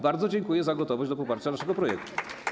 Bardzo dziękuję za gotowość do poparcia naszego projektu.